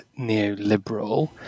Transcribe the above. neoliberal